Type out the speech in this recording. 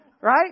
right